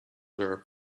their